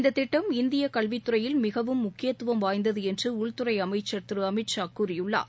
இந்த திட்டம் இந்திய கல்வித்துறையில் மிகவும் முக்கியத்துவம் வாய்ந்தது என்று உள்துறை அமைச்சர் திரு அமித்ஷா கூறியுள்ளார்